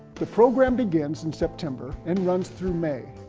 the program begins in september and runs through may.